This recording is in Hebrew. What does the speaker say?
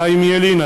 חיים ילין,